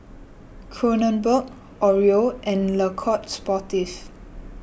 Kronenbourg Oreo and Le Coq Sportif